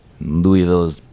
Louisville